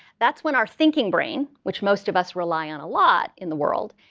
that's when our thinking brain, which most of us rely on a lot in the world,